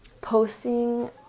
posting